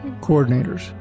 coordinators